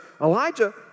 Elijah